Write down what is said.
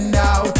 now